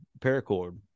paracord